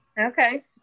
Okay